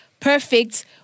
Perfect